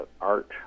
art